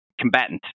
combatant